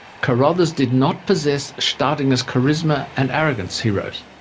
carothers did not possess staudinger's charisma and arrogance he wrote.